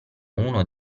uno